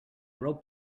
rope